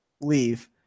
leave